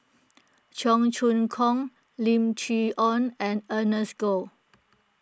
Cheong Choong Kong Lim Chee Onn and Ernest Goh